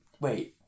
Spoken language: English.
wait